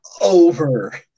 over